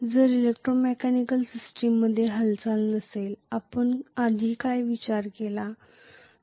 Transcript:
जर इलेक्ट्रोमेकॅनिकल सिस्टीममध्ये हालचाल नसेल आपण आधी काय विचार केला